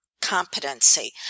competency